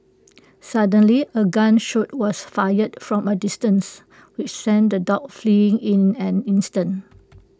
suddenly A gun shot was fired from A distance which sent the dogs fleeing in an instant